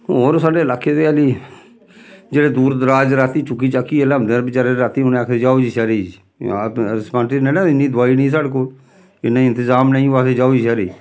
होर साढ़े लाके दे हल्ली जेह्ड़े दूर दराज रातीं चुक्की चाकियै ल्योंदे बेचारे रातीं उ'नें आखदे जाओ जी शैह्रे रस्पांटरी नि ते इन्नी दोआई निं साढ़े कोल इन्ना इंतजाम नेईं ओह् आखदे जाओ जी शैह्रै गी